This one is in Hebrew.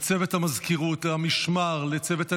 לצוות המזכירות, למשמר, לצוות הניקיון,